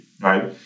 right